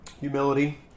Humility